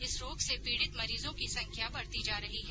इस रोग से पीड़ित मरीजों की संख्या बढ़ती जा रही है